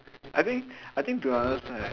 I think I think to us right